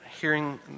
hearing